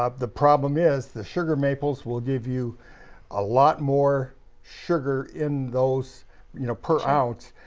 ah the problem is the sugar maples will give you a lot more sugar in those you know per ounce.